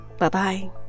Bye-bye